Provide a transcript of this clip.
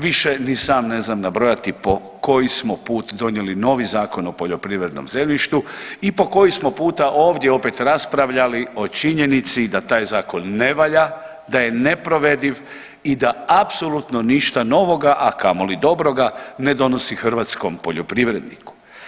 Više ni sam ne znam nabrojati po koji smo put donijeli novi Zakon o poljoprivrednom zemljištu i po koji smo puta ovdje opet raspravljali o činjenici da taj zakon ne valja, da je neprovediv i da apsolutno ništa novoga, a kamoli dobroga ne donosi hrvatskom poljoprivredniku.